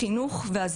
שזה מה שהם עושים,